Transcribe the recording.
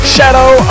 Shadow